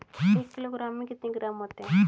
एक किलोग्राम में कितने ग्राम होते हैं?